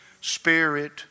spirit